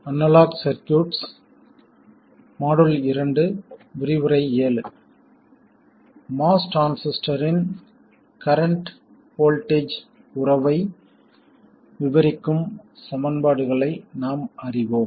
MOS டிரான்சிஸ்டரின் current voltage உறவை விவரிக்கும் சமன்பாடுகளை நாம் அறிவோம்